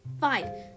five